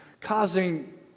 causing